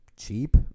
Cheap